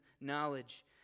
knowledge